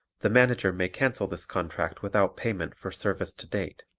the manager may cancel this contract without payment for service to date.